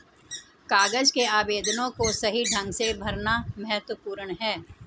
कागज के आवेदनों को सही ढंग से भरना महत्वपूर्ण है